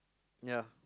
ya